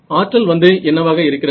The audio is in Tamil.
ஆற்றல் வந்து என்னவாக இருக்கிறது